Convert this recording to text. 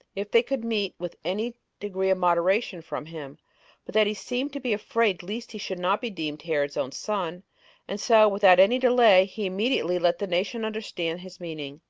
if they could meet with any degree of moderation from him but that he seemed to be afraid lest he should not be deemed herod's own son and so, without any delay, he immediately let the nation understand his meaning,